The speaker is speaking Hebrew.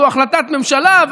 וזו החלטת ממשלה,